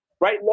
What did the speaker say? right